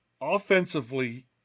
offensively